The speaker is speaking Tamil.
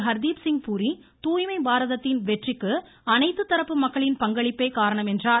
ஹர்தீப்சிங் பூரி தூய்மை பாரதத்தின் வெற்றிக்கு அனைத்து தரப்பு மக்களின் பங்களிப்பே காரணம் என்றார்